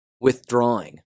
withdrawing